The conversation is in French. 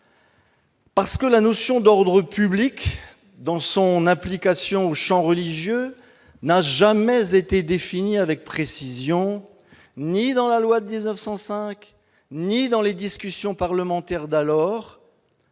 effet, la notion d'ordre public, dans son application au champ religieux, n'a jamais été définie avec précision, ni dans la loi de 1905, ni dans les discussions parlementaires. Malgré